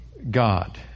God